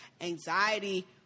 Anxiety